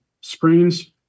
screens